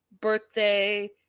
birthday